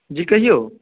जी कहियौ